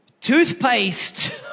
toothpaste